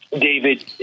David